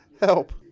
Help